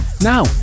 Now